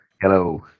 Hello